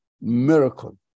miracle